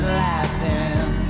laughing